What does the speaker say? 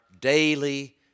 daily